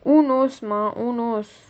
who knows mah who knows